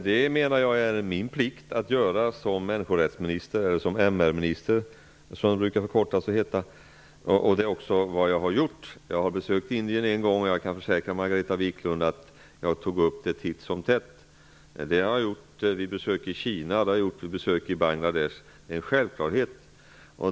Herr talman! Det är min plikt såsom MR-minister att göra så. Det är också vad jag har gjort. Jag har besökt Indien en gång, och jag kan försäkra Margareta Viklund att jag tog upp detta ämne titt som tätt. Det har jag gjort vid besök i Kina och vid besök i Bangladesh. Det är en självklarhet.